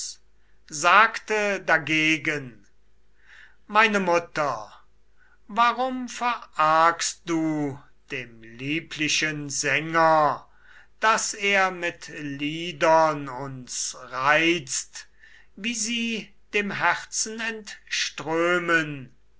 sagte dagegen meine mutter warum verargst du dem lieblichen sänger daß er mit liedern uns reizt wie sie dem herzen entströmen